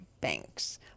banks